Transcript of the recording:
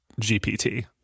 GPT